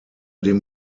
dem